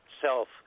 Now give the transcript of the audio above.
self